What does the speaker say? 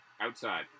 Outside